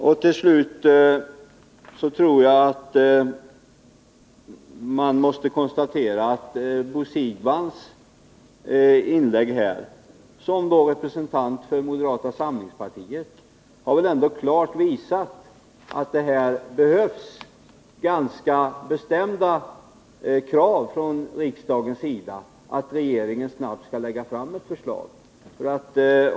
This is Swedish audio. Får jag till slut konstatera att det inlägg som Bo Siegbahn gjorde här som representant för moderata samlingspartiet ändå klart har visat att det behövs ganska bestämda krav från riksdagens sida för att regeringen snabbt skall lägga fram ett förslag.